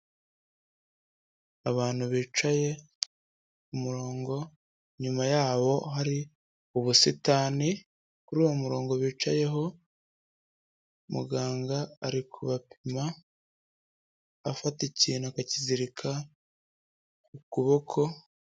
Abantu bicaye ku murongo, nyuma yabo hari ubusitani, kuri uwo murongo bicayeho muganga ari kupima afata ikintu akakizirika ku kuboko.